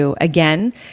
again